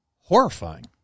horrifying